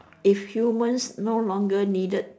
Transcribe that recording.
if humans no longer needed